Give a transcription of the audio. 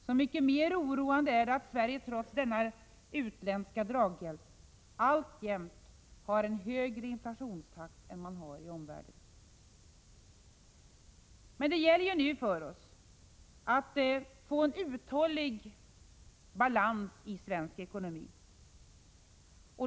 Så mycket mer oroande är det att Sverige trots denna utländska draghjälp alltjämt har en högre inflationstakt än man har i omvärlden. Men det gäller nu för oss att få en uthållig balans i svensk ekonomi.